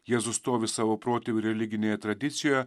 jėzus stovi savo protėvių religinėje tradicijoje